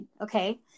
Okay